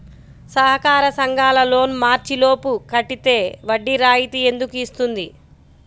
సహకార సంఘాల loan March లోపు కట్టితే వడ్డీ రాయితీ ఎందుకు ఇస్తుంది?